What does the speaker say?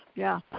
yeah,